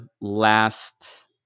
last